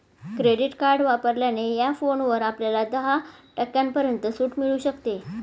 credit card वापरल्याने या फोनवर आपल्याला दहा टक्क्यांपर्यंत सूट मिळू शकते